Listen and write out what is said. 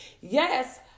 Yes